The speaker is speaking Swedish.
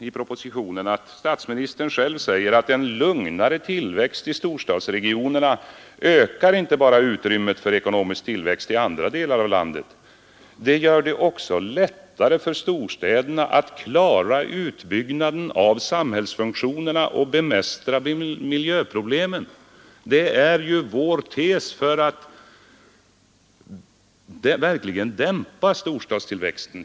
I propositionen säger statsministern själv att en lugnare tillväxt i storstadsregionerna ökar inte bara utrymmet för ekonomisk tillväxt i andra delar av landet, utan gör det också lättare för storstäderna att klara utbyggnaden av samhällsfunktionerna och bemästra miljöproblemen. Det är ju vår tes för att verkligen dämpa storstadstillväxten.